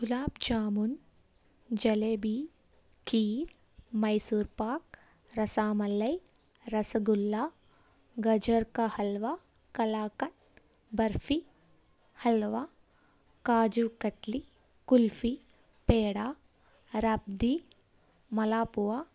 గులాబ్ జాముూన్ జలేబీ కీర్ మైసూర్ పాక్ రసమలై రసగుల్ల గాజర్క హల్వా కలకండ్ బర్ఫీ హల్వా కాజు కట్లి కుల్ఫీ పేడ రబ్డీ మల్పువ